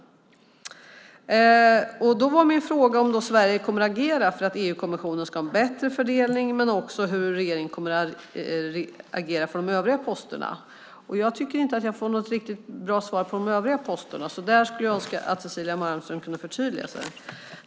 Min fråga var om Sverige kommer att agera för att EU-kommissionen ska ha en bättre fördelning och hur regeringen kommer att agera för de övriga posterna. Jag tycker inte att jag får något riktigt bra svar när det gäller de övriga posterna. Där önskar jag att Cecilia Malmström kan göra ett förtydligande.